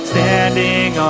Standing